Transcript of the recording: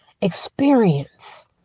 experience